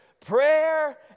prayer